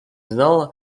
знал